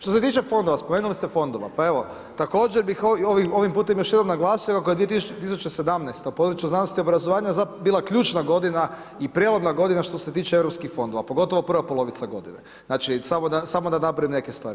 Što se tiče fondova spomenuli ste fondove, pa evo također bi ovim putem još jednom naglasio kako je 2017. u području znanosti i obrazovanja bila ključna godina i prijelomna godina što se tiče europskih fondova, pogotovo prva polovica godine, samo da nabrojim neke stvari.